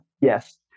Yes